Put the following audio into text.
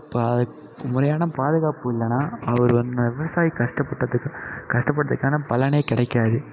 இப்போ முறையான பாதுகாப்பு இல்லைன்னா அவர் வந் அந்த விவசாயி கஷ்டப்பட்டதுக்கு கஷ்டப்பட்டதுக்கான பலனே கிடைக்காது